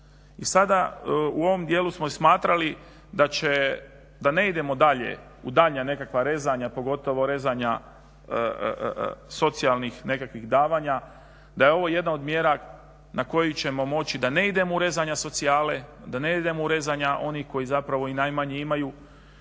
I sada u ovom dijelu smo i smatrali da ne idemo dalje u daljnja nekakva rezanja, pogotovo rezanja socijalnih nekakvih davanja, da je ovo jedna od mjera na koju ćemo moći da ne idemo u rezanja socijale, da ne idemo u rezanja onih koji zapravo i najmanje imaju.